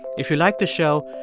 if you like the show,